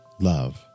Love